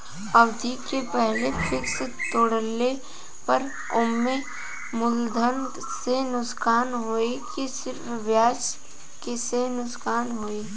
अवधि के पहिले फिक्स तोड़ले पर हम्मे मुलधन से नुकसान होयी की सिर्फ ब्याज से नुकसान होयी?